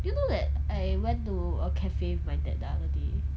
do you know that I went to a cafe my dad the other day